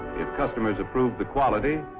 if customers approve the quality,